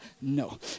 no